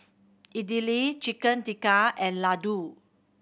Idili Chicken Tikka and Ladoo